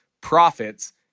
profits